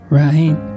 right